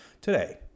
today